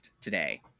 today